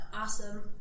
awesome